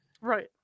Right